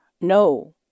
No